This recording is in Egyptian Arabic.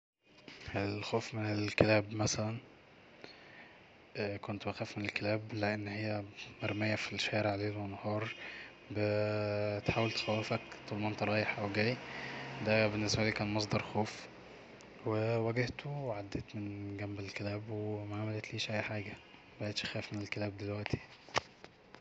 "الخوف من الكلاب مثلا كنت بخاف من الكلاب لأن هي مرمية في الشارع ليل ونهار ب بتحاول تخوفك طول ما انت رايح أو جاي دا بالنسبالي كان مصدر خوف وواجهته وعديت من جمب الكلاب ومعملتليش اي حاجة مبقيتش اخاف من الكلاب دلوف"